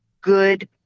good